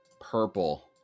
purple